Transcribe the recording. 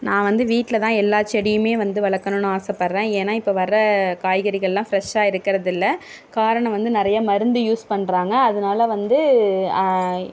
நான் வந்து வீட்டில் தான் எல்லாச் செடியுமே வந்து வளர்க்கணும்னு ஆசைப்படுறேன் ஏன்னா இப்போ வர்ற காய்கறிகள்லாம் ஃப்ரெஷ்ஷாக இருக்குறதில்லை காரணம் வந்து நிறையா மருந்து யூஸ் பண்ணுறாங்க அதனால் வந்து